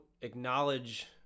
acknowledge